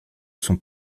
sont